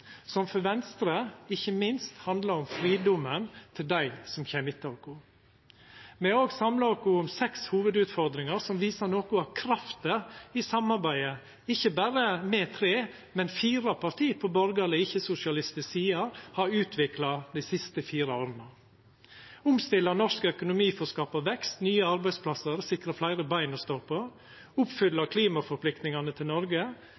som for Venstre ikkje minst handlar om fridomen til dei som kjem etter oss. Me har òg samla oss om seks hovudutfordringar som viser noko av krafta i det samarbeidet som ikkje berre tre, men fire parti på borgarleg, ikkje-sosialistisk side, har utvikla dei siste fire åra: omstilla norsk økonomi for å skapa vekst, nye arbeidsplassar og å sikra fleire bein å stå på oppfylla klimaforpliktingane til Noreg